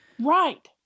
Right